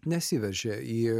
nesiveržia į